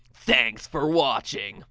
thanks for watching.